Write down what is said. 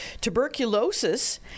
tuberculosis